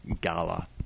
gala